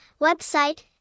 website